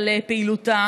על פעילותה.